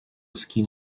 skin